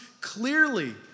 clearly